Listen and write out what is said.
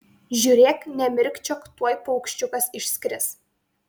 žiūrėk nemirkčiok tuoj paukščiukas išskris